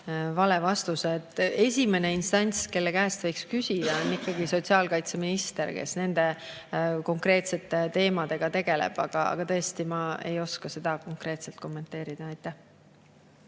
vale vastuse. Esimene instants, kelle käest võiks küsida, on ikkagi sotsiaalkaitseminister, kes nende konkreetsete teemadega tegeleb. Aga tõesti, ma ei oska seda konkreetselt kommenteerida. Jaak